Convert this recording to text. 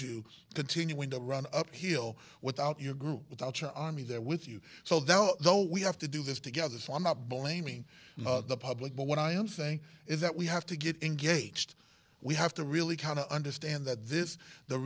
to continuing to run uphill without your group without your army there with you so that although we have to do this together so i'm not blaming the public but what i am saying is that we have to get engaged we have to really kind of understand that this